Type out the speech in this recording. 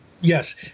Yes